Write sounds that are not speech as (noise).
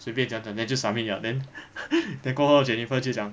随便讲讲 then submit liao then (laughs) then 过后 jennifer 就讲